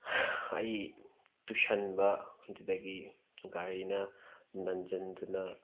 ꯑꯩ ꯇꯨꯁꯤꯟꯕ ꯑꯗꯨꯗꯒꯤ ꯒꯥꯔꯤꯅ ꯅꯟꯁꯤꯟꯗꯨꯅ